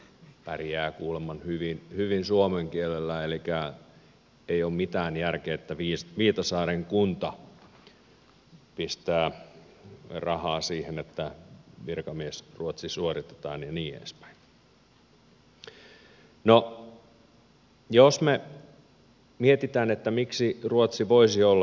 pärjää kuulemma hyvin suomen kielellä elikkä ei ole mitään järkeä että viitasaaren kunta pistää rahaa siihen että virkamiesruotsi suoritetaan ja niin edespäin